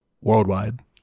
worldwide